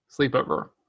Sleepover